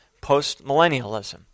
post-millennialism